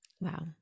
Wow